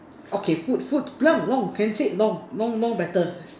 okay food food long long can say long long long better